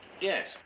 Yes